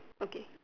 okay